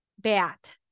bat